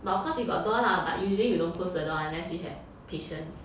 but of course we got door lah but usually we don't close the door unless we have patients